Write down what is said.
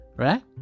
Right